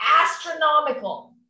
astronomical